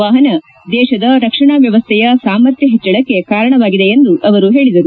ವಾಹನ ದೇಶದ ರಕ್ಷಣಾ ವ್ಯವಸ್ಥೆಯ ಸಾಮರ್ಥ್ಯ ಹೆಚ್ಚಳಕ್ಕೆ ಕಾರಣವಾಗಿದೆ ಎಂದು ಹೇಳಿದರು